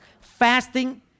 Fasting